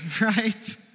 right